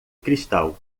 cristal